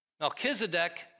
Melchizedek